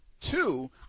Two